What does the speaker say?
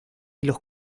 los